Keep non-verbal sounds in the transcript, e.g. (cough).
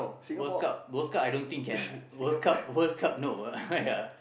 World Cup World Cup I don't think can lah World Cup World Cup no lah (laughs) yeah